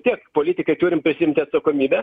tiek politikai turim prisiimti atsakomybę